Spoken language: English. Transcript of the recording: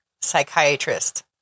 psychiatrist